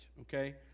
Okay